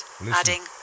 adding